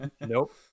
Nope